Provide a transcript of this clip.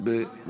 אדוני היו"ר.